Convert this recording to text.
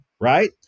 right